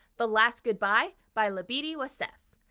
the last goodbye by labidi wassef.